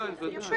ודאי, ודאי.